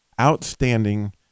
outstanding